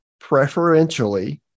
preferentially